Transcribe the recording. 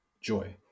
Joy